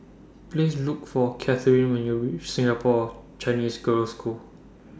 Please Look For Katherin when YOU REACH Singapore Chinese Girls' School